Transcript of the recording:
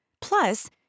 Plus